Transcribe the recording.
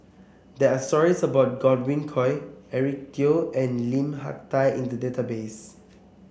there are stories about Godwin Koay Eric Teo and Lim Hak Tai in the database